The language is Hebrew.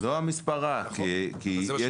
לא רק המספר, כי יש פה סוגיות מורכבות.